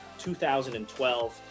2012